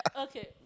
Okay